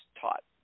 taught